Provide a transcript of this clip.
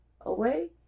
away